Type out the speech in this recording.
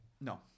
no